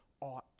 ought